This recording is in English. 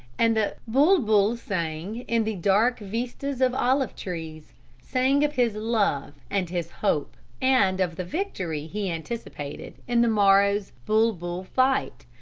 and the bulbul sang in the dark vistas of olive-trees sang of his love and his hope, and of the victory he anticipated in the morrow's bulbul-fight,